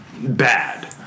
bad